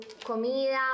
comida